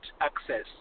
access